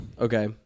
Okay